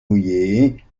mouillées